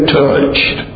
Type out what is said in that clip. touched